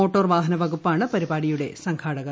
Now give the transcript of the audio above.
motor വാഹന വകുപ്പാണ് പരിപാടിയുടെ സംഘാടകർ